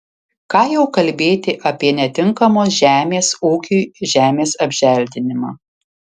ką jau kalbėti apie netinkamos žemės ūkiui žemės apželdinimą